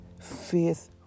faith